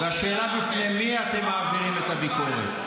והשאלה היא בפני מי אתם מעבירים את הביקורת.